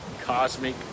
cosmic